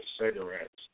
cigarettes